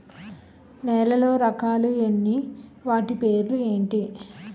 నేలలో రకాలు ఎన్ని వాటి పేర్లు ఏంటి?